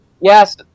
Yes